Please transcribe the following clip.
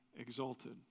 exalted